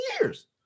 years